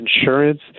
insurance